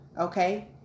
okay